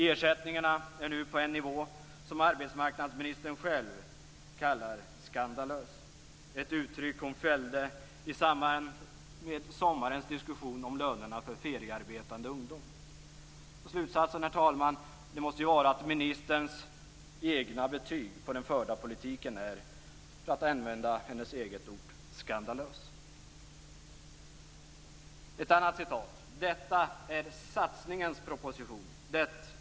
Ersättningarna är nu på en nivå som arbetsmarknadsministern själv kallar skandalös. Det var ett uttryck hon fällde i samband med sommarens diskussion om lönerna för feriearbetande ungdom. Slutsatsen, herr talman, måste vara att ministerns betyg på den förda politiken är "skandalös", för att använda hennes eget ord. Jag skall ta ett annat citat: "- detta är en satsningens proposition.